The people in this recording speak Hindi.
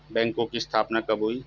बैंकों की स्थापना कब हुई?